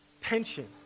Pension